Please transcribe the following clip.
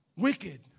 wicked